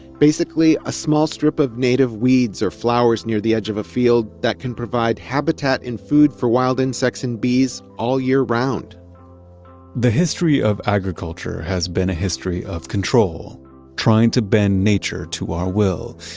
basically a small strip of native weeds or flowers near the edge of a field that can provide habitat in food for wild insects and bees all year round the history of agriculture has been a history of control trying to bend nature to our will,